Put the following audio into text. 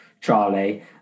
Charlie